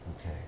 Okay